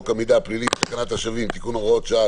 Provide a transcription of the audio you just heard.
המידע הפלילי ותקנת השבים (תיקון והוראת שעה),